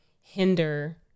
hinder